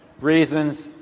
Reasons